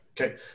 Okay